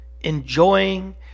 enjoying